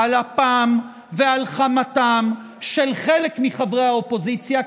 על אפם ועל חמתם של חלק מחברי האופוזיציה,